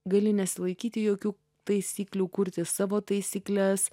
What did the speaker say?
gali nesilaikyti jokių taisyklių kurti savo taisykles